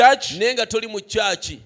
church